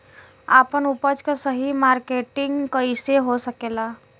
आपन उपज क सही मार्केटिंग कइसे हो सकेला?